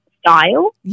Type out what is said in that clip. style